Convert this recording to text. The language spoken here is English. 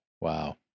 Wow